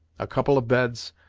a couple of beds,